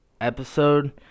episode